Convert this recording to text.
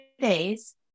days